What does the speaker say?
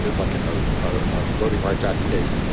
like in a a voting rights act case,